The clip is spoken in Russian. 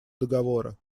договора